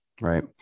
Right